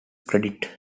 credit